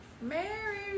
Mary